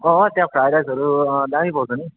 अँ त्यहाँ फ्राई राइसहरू दामी पाउँछ नि